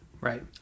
Right